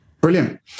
Brilliant